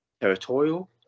territorial